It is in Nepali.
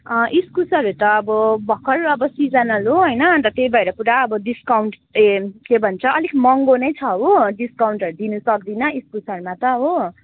इस्कुसहरू त अब भर्खर अब सिजनल हो होइन अन्त त्यही भएर पुरा अब डिस्काउन्ट अब के भन्छ अलिक महँगो नै छ हो डिस्काउन्टहरू दिनु सक्दिनँ इस्कुसहरूमा त हो